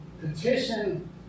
petition